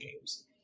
games